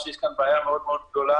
שיש כאן בעיה מאוד גדולה.